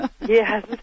Yes